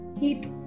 eat